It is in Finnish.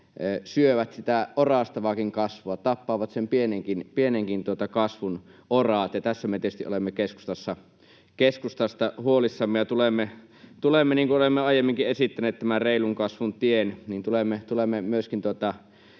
syövät sitä orastavaakin kasvua, tappavat sen pienenkin kasvun oraat, ja tästä me tietysti olemme keskustassa huolissamme ja tulemme esittämään, niin kuin olemme aiemminkin esittäneet, tämän reilun kasvun tien. Tulemme myöskin